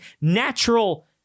natural